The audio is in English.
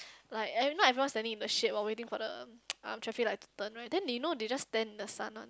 like e~ not everyone standing in the shade while waiting for the um traffic light to turn right then you know they just stand in the sun one